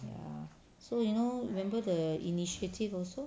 ya so you know remember the initiative also